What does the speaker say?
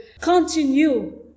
continue